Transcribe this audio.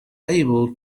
able